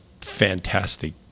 fantastic